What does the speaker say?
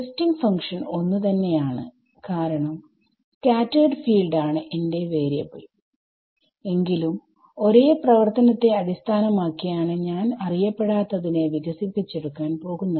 testing function ഒന്ന് തന്നെയാണ് കാരണം സ്കാറ്റെർഡ് ഫീൽഡ് ആണ് എന്റെ വാരിയബിൾ എങ്കിലും ഒരേ പ്രവർത്തനത്തെ അടിസ്ഥാനം ആക്കിയാണ് ഞാൻ അറിയപ്പെടാത്തതിനെ വികസിപ്പിച്ചെടുക്കാൻ പോകുന്നത്